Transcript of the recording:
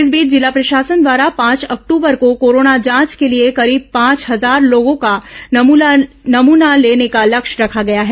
इस बीच जिला प्रशासन द्वारा पांच अक्टूबर को कोरोना जांच के लिए करीब पांच हजार लोगों का नमूना लेने का लक्ष्य रखा गया है